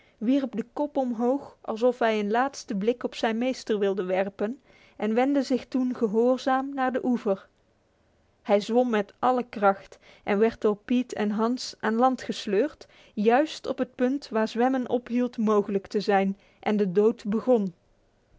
wierp de kop omhoog alsof hij een laatste blik op zijn meester wilde werpen en wendde zich toen gehoorzaam naar de oever hij zwom met alle kracht en werd door pete en hans aan land gesleurd juist op het punt waar zwemmen ophield mogelijk te zijn en de dood begon